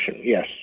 Yes